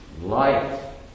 light